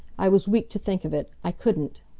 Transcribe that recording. i was weak to think of it. i couldn't!